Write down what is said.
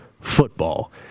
football